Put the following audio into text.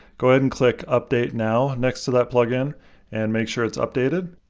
go ahead and click, update now next to that plugin and make sure it's updated.